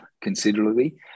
considerably